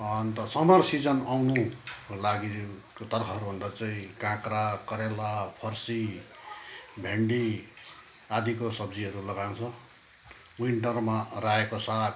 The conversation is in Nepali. अन्त समर सिजन आउनु लागि उ तरखर हुँदा चाहिँ काक्रा करेला फर्सी भेन्डी आदिको सब्जीहरू लगाउँछ विन्टरमा रायोको साग